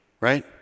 right